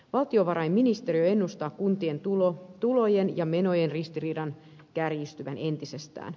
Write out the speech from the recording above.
valtiovarainministeriö ennustaa kuntien tulojen ja menojen ristiriidan kärjistyvän entisestään